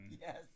Yes